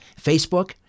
Facebook